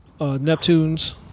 Neptunes